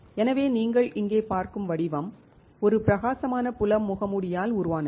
எனவே நீங்கள் இங்கே பார்க்கும் வடிவம் ஒரு பிரகாசமான புலம் முகமூடியால் உருவானது